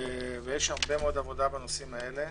יש הרבה מאוד עבודה בנושאים האלה.